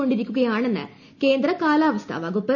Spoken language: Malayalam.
കൊണ്ടിരിക്കുകയാണെന്ന് കേന്ദ്ര കാലാവസ്ഥ വകുപ്പ്